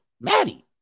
Maddie